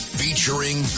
featuring